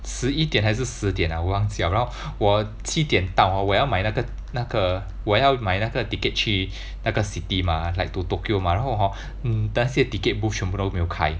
十一点还是十点 ah 我忘记 liao 然后我七点到 hor 我要买那个那个我要买那个 ticket 去那个 city mah like to Tokyo mah 然后 hor 那些 ticket booth 全部都没有开